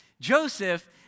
Joseph